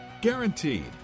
Guaranteed